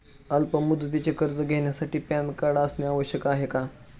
अल्प मुदतीचे कर्ज घेण्यासाठी पॅन कार्ड असणे आवश्यक आहे का?